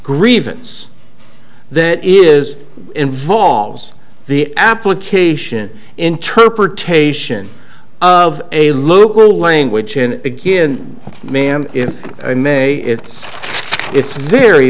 grievance that is involves the application interpretation of a local language and again ma'am if i may if it's a very